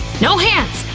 no hands!